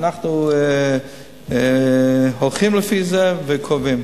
אנחנו הולכים לפי זה וקובעים.